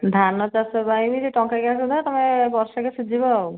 ଧାନ ଚାଷ ପାଇଁ ବି ସେଇ ଟଙ୍କିକିଆ ସୁଧ ତମେ ବର୍ଷେକେ ସୁଝିବ ଆଉ